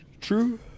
True